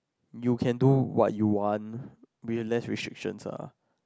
you can do what you want bear less restrictions lah